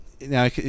now